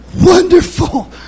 Wonderful